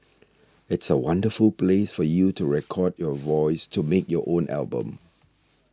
it's a wonderful place for you to record your voice to make your own album